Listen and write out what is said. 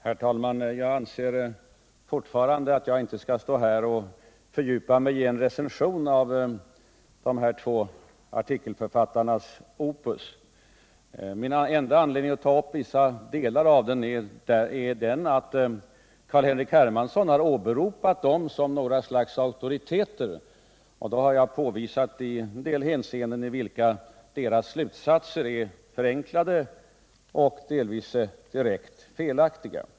Herr talman! Jag anser fortfarande att jag inte skall stå här och fördjupa mig i en recension av de här två artikelförfattarnas opus. Min enda anledning att ta upp vissa delar är att Carl-Henrik Hermansson har åberopat dem som något slags auktoriteter. Jag har då påvisat att deras slutsatser ien del hänseenden är förenklade och delvis direkt felaktiga.